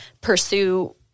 pursue